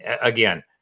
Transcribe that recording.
again